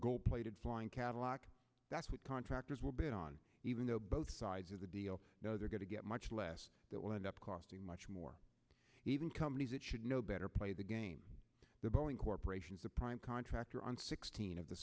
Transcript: gold plated flying cadillac that's what contractors will bid on even though both sides of the deal they're going to get much less that will end up costing much more even companies that should know better play the game the boeing corporation is the prime contractor on sixteen of the